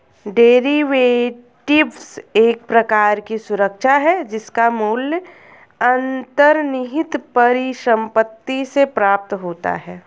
derivatives एक प्रकार की सुरक्षा है जिसका मूल्य अंतर्निहित परिसंपत्ति से प्राप्त होता है